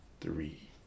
three